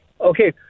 Okay